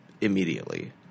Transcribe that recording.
immediately